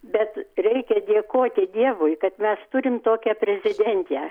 bet reikia dėkoti dievui kad mes turim tokią prezidentę